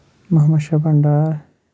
Mohammad Shaban Dar